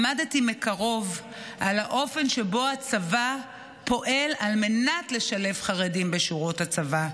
עמדתי מקרוב על האופן שבו הצבא פועל על מנת לשלב חרדים בשורות הצבא.